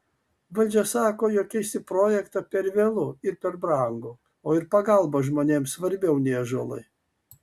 valdžia sako jog keisti projektą per vėlu ir per brangu o ir pagalba žmonėms svarbiau nei ąžuolai